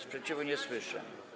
Sprzeciwu nie słyszę.